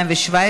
נמנעים.